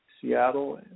Seattle